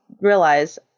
realize